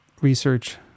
research